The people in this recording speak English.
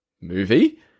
movie